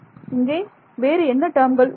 இங்கே வேறு என்ன டேர்ம்கள் உள்ளன